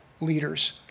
leaders